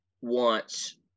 wants